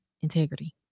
integrity